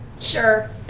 Sure